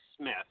Smith